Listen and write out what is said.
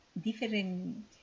different